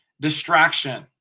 distraction